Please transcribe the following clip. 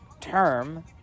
term